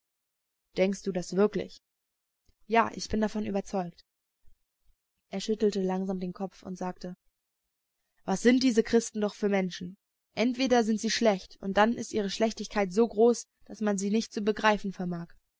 denkst du das wirklich ja ich bin davon überzeugt er schüttelte langsam den kopf und sagte was sind diese christen doch für menschen entweder sind sie schlecht und dann ist ihre schlechtigkeit so groß daß man sie nicht zu begreifen vermag